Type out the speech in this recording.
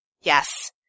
Yes